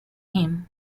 him